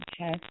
Okay